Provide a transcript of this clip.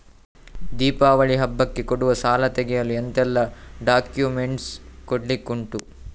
ದೀಪಾವಳಿ ಹಬ್ಬಕ್ಕೆ ಕೊಡುವ ಸಾಲ ತೆಗೆಯಲು ಎಂತೆಲ್ಲಾ ಡಾಕ್ಯುಮೆಂಟ್ಸ್ ಕೊಡ್ಲಿಕುಂಟು?